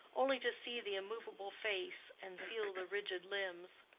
only to see the immovable face and feel the rigid limbs.